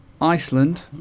Iceland